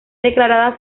declarada